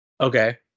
Okay